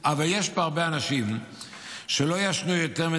אבל יש פה הרבה אנשים שלא ישנו יותר מדי